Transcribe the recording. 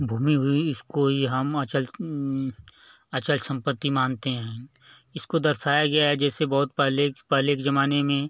भूमि हुई इसको ही हम अचल अचल संपत्ति मानते हैं इसको दर्शाया गया है जैसे बहुत पहले पहले के जमाने में